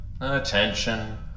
attention